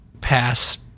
pass